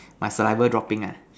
my saliva dropping ah